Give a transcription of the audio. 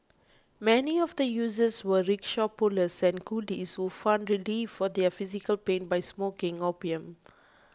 many of the users were rickshaw pullers and coolies who found relief for their physical pain by smoking opium